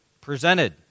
presented